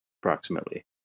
approximately